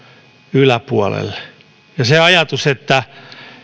yläpuolelle se ajatus että